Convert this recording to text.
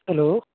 hello